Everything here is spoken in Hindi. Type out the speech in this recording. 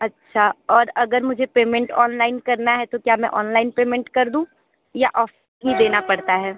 अच्छा और अगर मुझे पेमेंट ऑनलाइन करना है तो क्या मैं ऑनलाइन पेमेंट कर दूं या ऑफ़ ही देना पड़ता है